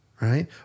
right